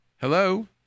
Hello